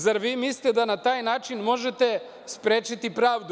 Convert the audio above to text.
Zar vi mislite da na taj način možete sprečiti pravdu?